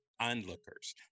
onlookers